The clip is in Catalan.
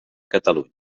catalunya